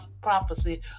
prophecy